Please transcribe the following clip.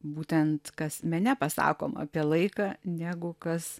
būtent kas mene pasakoma apie laiką negu kas